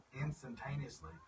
instantaneously